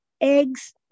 eggs